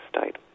state